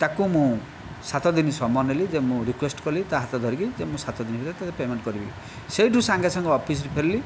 ତାକୁ ମୁଁ ସାତଦିନ ସମୟ ନେଲି ଯେ ମୁଁ ରିକ୍ୱେଷ୍ଟ କଲି ତା' ହାତ ଧରିକି ଯେ ମୁଁ ସାତ ଦିନ ଭିତରେ ତୋତେ ପେମେଣ୍ଟ କରିବି ସେଠୁ ସାଙ୍ଗେ ସାଙ୍ଗେ ଅଫିସ୍ରୁ ଫେରିଲି